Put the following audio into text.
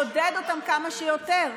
כן, לכן אתם מתנגדים לחוק, לעודד אותם כמה שיותר.